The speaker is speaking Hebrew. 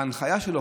בהנחיה שלו,